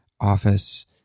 office